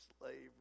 slavery